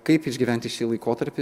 kaip išgyventi šį laikotarpį